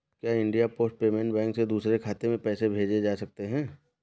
क्या India post payment bank से दूसरे खाते में पैसे भेजे जा सकते हैं?